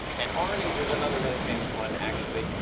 and arnie's is another really famous one, actually.